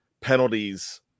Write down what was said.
penalties